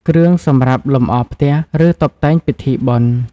គ្រឿងសម្រាប់លម្អផ្ទះ ឬ តុបតែងពិធីបុណ្យ ។